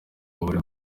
buri